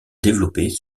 développer